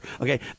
Okay